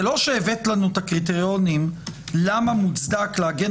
זה לא שהבאת לנו את הקריטריונים למה מוצדק להגן